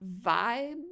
vibe